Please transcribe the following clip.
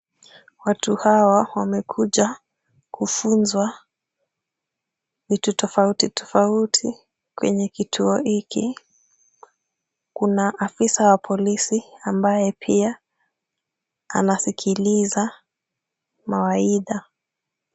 Watu hawa wamekuja kufunzwa vitu tofauti tofauti kwenye kituo hiki. Kuna afisa wa polisi ambaye pia anasikiliza mawaidha.